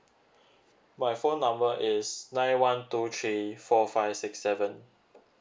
my phone number is nine one two three four five six seven